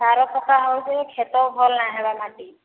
ସାର ପକା ହେଉଛେ କ୍ଷେତ ଭଲ ନାଇଁ ହବା ମାଟି